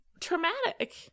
traumatic